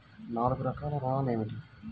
నాలుగు రకాల ఋణాలు ఏమిటీ?